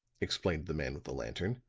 explained the man with the lantern.